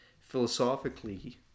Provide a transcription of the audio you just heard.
Philosophically